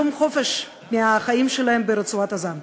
יום חופש מהחיים שלהם ברצועת-עזה.